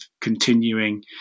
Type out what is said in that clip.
continuing